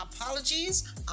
apologies